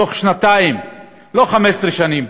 תוך שנתיים, לא 15 שנים,